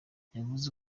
yavuze